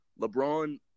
LeBron